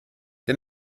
der